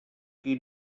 qui